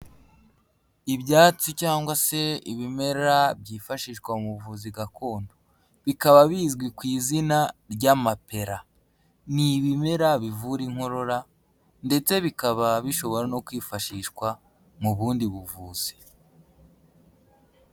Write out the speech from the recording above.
Ibyatsi cyangwa se ibimera byifashishwa mu buvuzi gakondo, bikaba bizwi ku izina ry'amapera. Ni ibimera bivura inkorora ndetse bikaba bishobora no kwifashishwa mu bundi buvuzi.